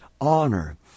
honor